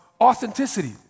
authenticity